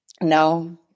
No